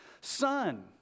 Son